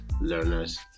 learners